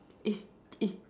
is is